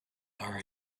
are